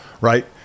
right